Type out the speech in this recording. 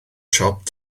siop